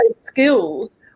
skills